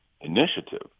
initiative